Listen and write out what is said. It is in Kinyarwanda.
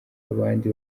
abandi